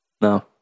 no